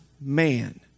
man